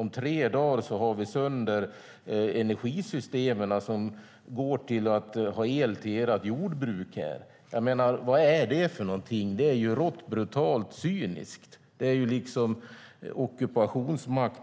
Om tre dagar har vi sönder energisystemen som går till el till ert jordbruk. Vad är det för någonting? Det är ju rått, brutalt, cyniskt. Det är en ockupationsmakt